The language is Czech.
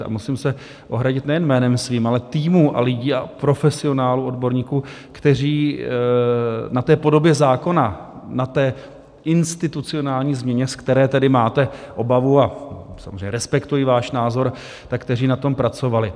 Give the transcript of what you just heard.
A musím se ohradit nejen jménem svým, ale týmu a lidí a profesionálů, odborníků, kteří na té podobě zákona, na té institucionální změně, z které tedy máte obavu a samozřejmě respektuji váš názor tak kteří na tom pracovali.